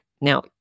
Now